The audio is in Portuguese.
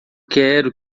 quero